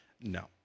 no